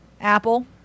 Apple